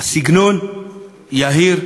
שהסגנון יהיר,